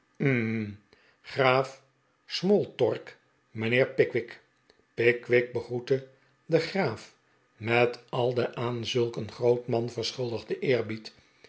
graaf smorltork mijnheer pickwick pickwick begroette den graaf met al den aan zulk een groot man verschuldigden eerbied